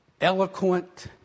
eloquent